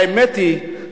האמת היא,